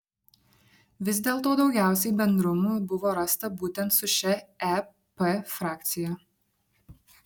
vis dėlto daugiausiai bendrumų buvo rasta būtent su šia ep frakcija